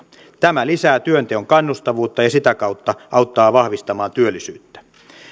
tämä lisää työnteon kannustavuutta ja sitä kautta auttaa vahvistamaan työllisyyttä